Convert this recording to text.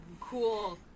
cool